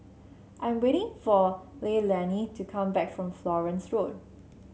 I am waiting for Leilani to come back from Florence Road